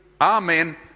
amen